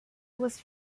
was